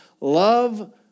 love